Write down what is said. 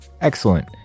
excellent